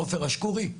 עופר אשקורי,